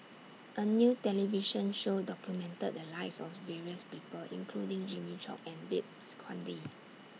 A New television Show documented The Lives of various People including Jimmy Chok and Babes Conde